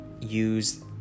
use